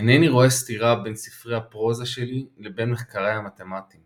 אינני רואה סתירה בין ספרי הפרוזה שלי לבין מחקריי המתמטיים.